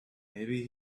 maybe